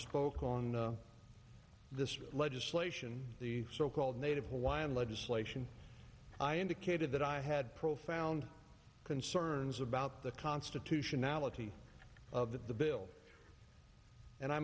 spoke on this legislation the so called native hawaiian legislation i indicated that i had profound concerns about the constitutionality of the bill and i